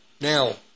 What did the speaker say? Now